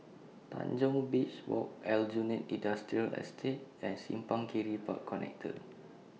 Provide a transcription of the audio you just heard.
Tanjong Beach Walk Aljunied Industrial Estate and Simpang Kiri Park Connector